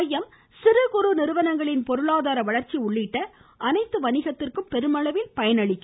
மையம் சிறுகுறு நிறுவனங்களின் பொருளாதார வளர்ச்சி உள்ளிட்ட அனைத்து இந்த வணிகத்திற்கும் பெருமளவில் பயன் அளிக்கும்